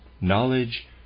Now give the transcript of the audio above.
knowledge